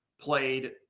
played